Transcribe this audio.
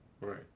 Right